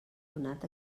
donat